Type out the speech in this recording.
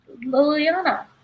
Liliana